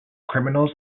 criminals